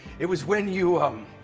it was when you, um.